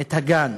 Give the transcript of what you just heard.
את הגן,